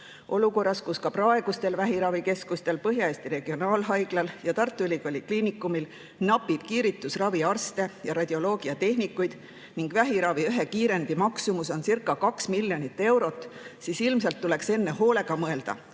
Olukorras, kus ka praegustel vähiravikeskustel – Põhja-Eesti Regionaalhaiglal ja Tartu Ülikooli Kliinikumil – napib kiiritusraviarste ja radioloogiatehnikuid ning vähiravi ühe kiirendi maksumus oncirca2 miljonit eurot, tuleks enne hoolega mõelda,